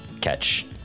catch